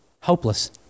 hopeless